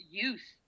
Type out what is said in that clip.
youth